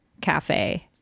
cafe